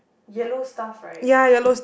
yellow stuff right